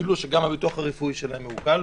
הם גילו שגם הביטוח הרפואי שלהם מעוקל.